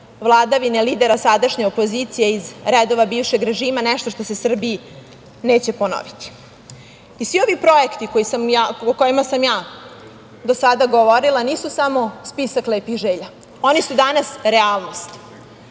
vladavine lidera sadašnje opozicije iz redova bivšeg režima, nešto što se Srbiji neće ponoviti. Svi ovi projekti o kojima sam ja do sada govorila nisu samo spisak lepih želja. Oni su danas realnost.